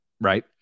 right